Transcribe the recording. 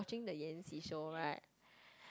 watching the Yan-Xi show right